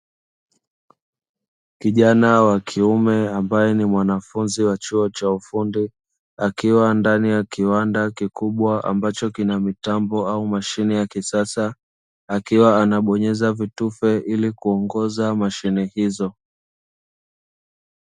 Kijana wa kiume ambaye ni mwanafunzi wa chuo cha ufundi, akiwa ndani ya kiwanda kikubwa ambacho kina mitambo au mashine ya kisasa, akiwa anabonyeza vitufe ili kuongoza mashine hizo.